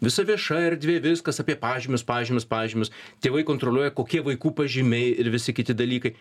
visa vieša erdvė viskas apie pažymius pažymius pažymius tėvai kontroliuoja kokie vaikų pažymiai ir visi kiti dalykai